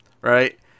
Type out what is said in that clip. right